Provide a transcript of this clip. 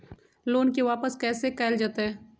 Loan के वापस कैसे कैल जतय?